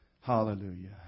Hallelujah